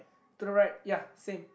to the right ya same